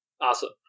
Awesome